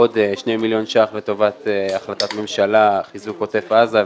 עוד 2 מיליון שקלים חדשים לטובת החלטת ממשלה חיזוק עוטף עזה,